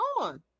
on